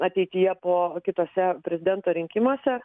ateityje po kitose prezidento rinkimuose